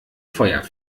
feuer